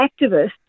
activists